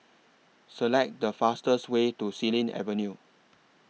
Select The fastest Way to Xilin Avenue